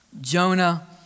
Jonah